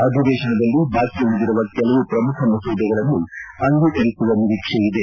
ಅಧಿವೇಶನದಲ್ಲಿ ಬಾಕಿ ಉಳಿದಿರುವ ಕೆಲವು ಪ್ರಮುಖ ಮಸೂದೆಗಳನ್ನು ಅಂಗೀಕರಿಸುವ ನಿರೀಕ್ಷೆ ಇದೆ